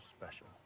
special